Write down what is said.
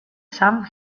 sam